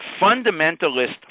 fundamentalist